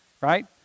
right